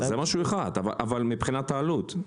זה משהו אחד, אבל מבחינת העלות.